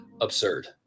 absurd